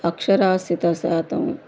అక్షరాస్యత శాతం